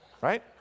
right